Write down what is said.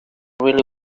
really